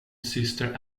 syster